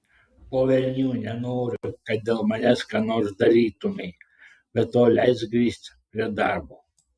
po velnių nenoriu kad dėl manęs ką nors darytumei be to leisk grįžt prie darbo